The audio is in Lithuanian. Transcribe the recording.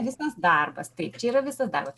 visas darbas taip čia yra visas darbas